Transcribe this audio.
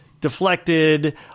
deflected